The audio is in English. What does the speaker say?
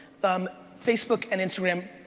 um facebook and instagram,